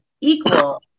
equal